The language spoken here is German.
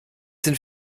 sind